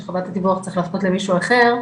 של חובת הדיווח צריך להפנות למישהו אחר,